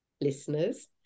listeners